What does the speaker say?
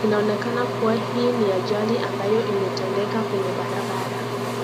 Inaonekana kuwa hii ni ajali ambayo imetendeka kwenye barabara.